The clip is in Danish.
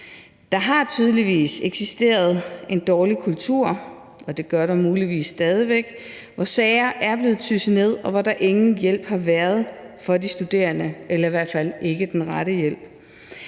Der har tydeligvis eksisteret en dårlig kultur – og det gør der muligvis stadig væk – hvor sager er blevet dysset ned, og hvor der ingen hjælp har været for studerende, eller i hvert fald ikke den rette hjælp.